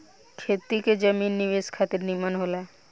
खेती के जमीन निवेश खातिर निमन होला